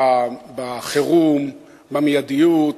בחירום, במיידיות,